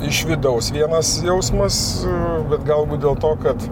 iš vidaus vienas jausmas bet galbūt dėl to kad